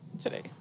today